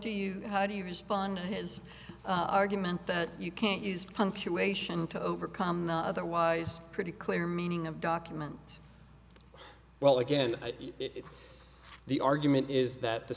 do you how do you respond to his argument that you can't use punctuation to overcome the otherwise pretty clear meaning of document well again if the argument is that the